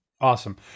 Awesome